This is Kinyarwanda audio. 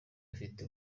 afite